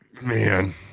Man